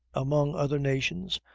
among other nations,